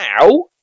now